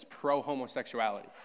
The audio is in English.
pro-homosexuality